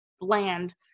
land